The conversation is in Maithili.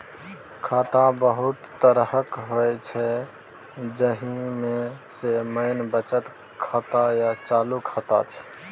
खाता बहुत तरहक होइ छै जाहि मे सँ मेन बचत खाता आ चालू खाता छै